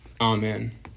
Amen